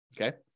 Okay